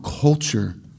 culture